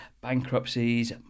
bankruptcies